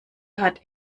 hat